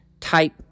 type